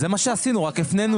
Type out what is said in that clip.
זה מה שעשינו אבל רק הפנינו.